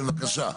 כן, בבקשה?